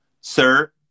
Sir